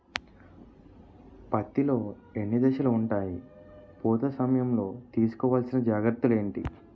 పత్తి లో ఎన్ని దశలు ఉంటాయి? పూత సమయం లో తీసుకోవల్సిన జాగ్రత్తలు ఏంటి?